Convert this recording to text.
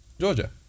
Georgia